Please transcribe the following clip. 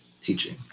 teaching